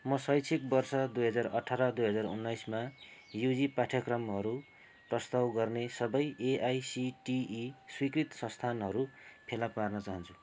म शैक्षिक वर्ष दुई हजार अठार दुई हजार उन्नाइसमा युजी पाठ्यक्रमहरू प्रस्ताव गर्ने सबै एआइसिटिई स्वीकृत संस्थानहरू फेला पार्न चाहन्छु